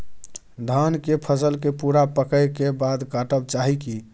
धान के फसल के पूरा पकै के बाद काटब चाही की?